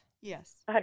Yes